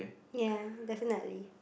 ya definitely